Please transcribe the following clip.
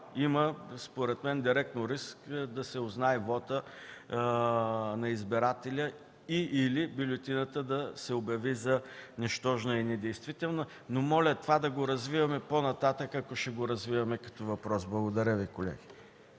Тогава, според мен, има директно риск да се узнае вотът на избирателя и/или бюлетината да се обяви за нищожна и недействителна. Но моля това да го развиваме по-нататък, ако ще го развиваме като въпрос. Благодаря Ви, колеги.